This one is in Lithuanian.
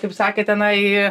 kaip sakė tenai